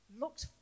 looked